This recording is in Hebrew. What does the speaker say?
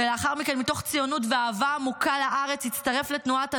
ולאחר מכן מתוך ציונות ואהבה עמוקה לארץ הצטרף לתנועות הנוער,